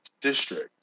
district